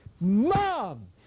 Mom